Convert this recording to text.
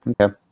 Okay